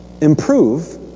improve